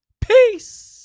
Peace